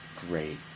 Great